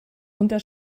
unter